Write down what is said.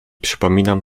przypominam